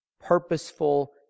purposeful